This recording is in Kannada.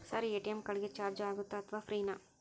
ಸರ್ ಎ.ಟಿ.ಎಂ ಕಾರ್ಡ್ ಗೆ ಚಾರ್ಜು ಆಗುತ್ತಾ ಅಥವಾ ಫ್ರೇ ನಾ?